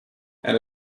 and